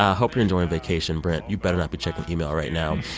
ah hope you're enjoying vacation, brent. you better not be checking email right now.